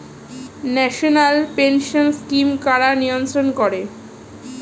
National pension scheme কারা নিয়ন্ত্রণ করে?